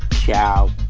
Ciao